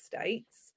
states